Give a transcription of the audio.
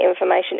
information